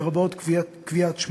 לרבות קביעת שמם.